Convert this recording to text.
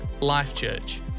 Life.Church